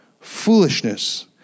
foolishness